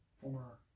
Former